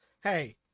hey